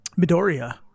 Midoriya